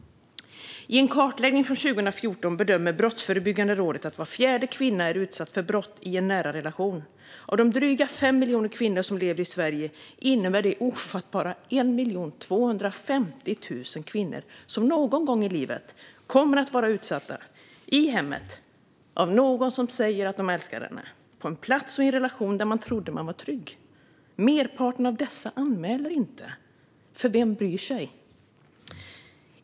I en kartläggning från 2014 bedömer Brottsförebyggande rådet att var fjärde kvinna är utsatt för brott i en nära relation. Av de drygt 5 miljoner kvinnor som lever i Sverige innebär det ofattbara 1 250 000 kvinnor som någon gång i livet kommer att vara utsatta - i hemmet, av någon som säger att den älskar henne, på en plats och i en relation där hon trodde att hon var trygg. Merparten av dessa anmäler inte, för vem bryr sig?